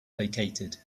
vacated